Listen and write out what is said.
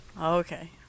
Okay